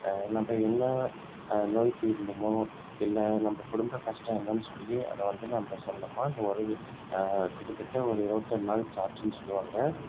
நம்ம என்ன நோய் தீரணுமோ எல்லா நம்ம குடும்ப கஷ்டம் என்னனு சொல்லி அதை வந்து நம்ம சொன்னோமா அந்த உதவி கிட்டத்தட்ட ஒரு இருபத்தோரு நாள் சாட்னு சொல்லுவாங்க